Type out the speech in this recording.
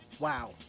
Wow